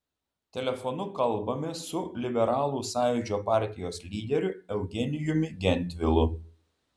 telefonu kalbamės su liberalų sąjūdžio partijos lyderiu eugenijumi gentvilu